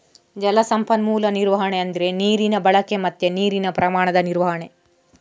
ಜಲ ಸಂಪನ್ಮೂಲ ನಿರ್ವಹಣೆ ಅಂದ್ರೆ ನೀರಿನ ಬಳಕೆ ಮತ್ತೆ ನೀರಿನ ಪ್ರಮಾಣದ ನಿರ್ವಹಣೆ